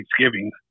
Thanksgiving